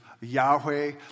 Yahweh